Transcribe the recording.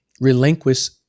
relinquish